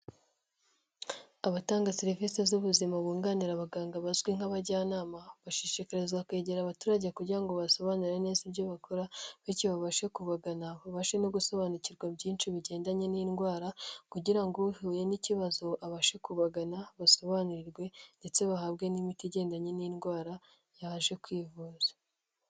Abatanga serivisi z'ubuzima bunganira abaganga bazwi nk'abajyanama, bashishikazwa kwegera abaturage kugira ngo babasobanurire neza ibyo bakora, bityo babashe kubagana babashe no gusobanukirwa byinshi bigendanye n'indwara, kugira ngo uhuye n'ikibazo abashe kubagana basobanurirwe ndetse bahabwe n'imiti igendanye n'indwara yaje kwivuza.